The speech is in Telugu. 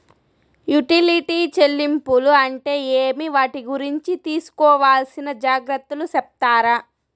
యుటిలిటీ చెల్లింపులు అంటే ఏమి? వాటి గురించి తీసుకోవాల్సిన జాగ్రత్తలు సెప్తారా?